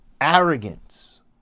arrogance